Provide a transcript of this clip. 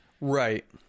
Right